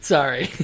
Sorry